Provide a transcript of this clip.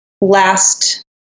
last